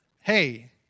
hey